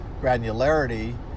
granularity